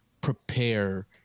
prepare